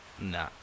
Nah